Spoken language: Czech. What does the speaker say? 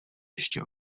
ještě